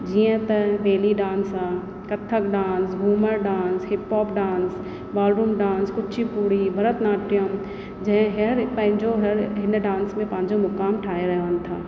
जीअं त belly dance आहे Kathak dance Ghoomar dance hip hop dance वारून डांस कुच्चीपुड़ी भरतनाट्यम जंहिं हर पंहिंजो हर हिन डांस में पंहिंजो मुक़ामु ठाहे रहनि था